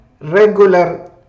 regular